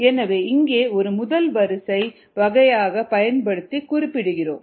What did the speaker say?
எனவே இங்கே ஒரு முதல் வரிசை வகையைப் பயன்படுத்தி குறிப்பிடுகிறோம்